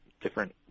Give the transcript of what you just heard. Different